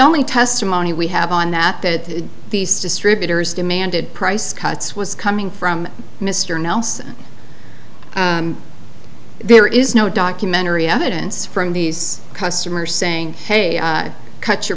only testimony we have on that that these distributors demanded price cuts was coming from mr nelson there is no documentary evidence from these customers saying hey cut your